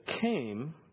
came